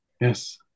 yes